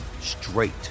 straight